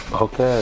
Okay